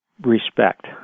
respect